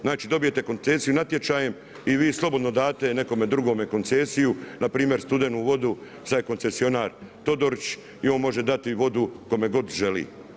Znači dobijete koncesiju natječajem, i vi slobodno date nekom drugome koncesiju, npr. Studenu vodu, sad je koncesionar Todorić, i on može dati vodu kome god želi.